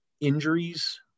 Injuries